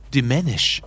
Diminish